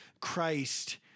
Christ